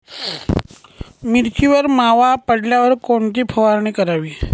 मिरचीवर मावा पडल्यावर कोणती फवारणी करावी?